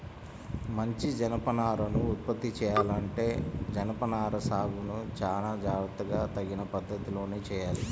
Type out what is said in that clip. మంచి జనపనారను ఉత్పత్తి చెయ్యాలంటే జనపనార సాగును చానా జాగర్తగా తగిన పద్ధతిలోనే చెయ్యాలి